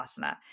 asana